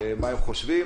מה הם חושבים.